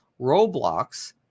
Roblox